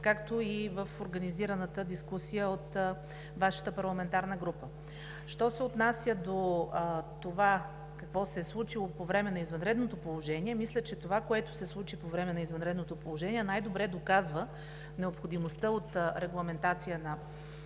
както и в организираната дискусия от Вашата парламентарна група. Що се отнася до това какво се е случило по време на извънредното положение, мисля, че това, което се случи по време на извънредното положение, най-добре доказва необходимостта от регламентация на качеството